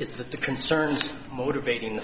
is that the concerns motivating